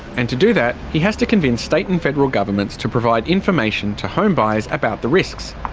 and to do that he has to convince state and federal governments to provide information to home buyers about the risks.